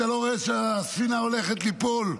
אתה לא רואה שהספינה הולכת ליפול?